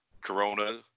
Corona